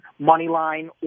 Moneyline